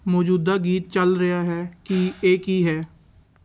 ਮੌਜੂਦਾ ਗੀਤ ਚੱਲ ਰਿਹਾ ਹੈ ਕੀ ਇਹ ਕੀ ਹੈ